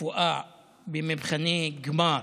רפואה במבחני גמר